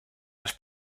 las